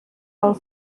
del